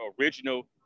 original